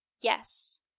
yes